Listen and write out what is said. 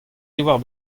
diwar